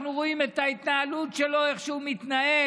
אנחנו רואים את ההתנהלות שלו, איך שהוא מתנהל.